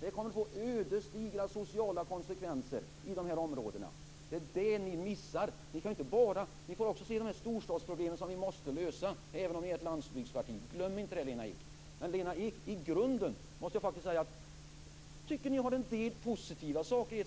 Det kommer att få ödesdigra sociala konsekvenser i de områdena. Det är det ni missar. Ni måste också se storstadsproblemen, som vi måste lösa, även om ni är ett landsbygdsparti. Glöm inte det, Lena Ek. I grunden har ni en del positiva saker i ert